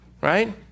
Right